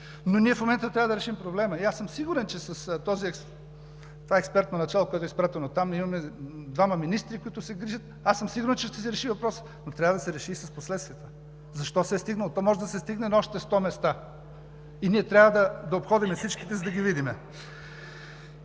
Ние в момента трябва да решим проблема. И аз съм сигурен, че с това експертно начало, което е изпратено там, имаме двама министри, които се грижат – сигурен съм, че ще се реши въпросът, но трябва да се реши с последствията. Защо се е стигнало? То може да се стигне на още сто места и ние трябва да обходим всичките, за да ги видим.